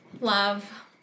Love